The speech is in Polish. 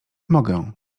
mogę